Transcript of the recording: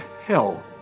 hell